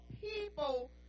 people